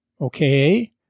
okay